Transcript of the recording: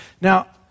Now